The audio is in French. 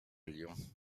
lyon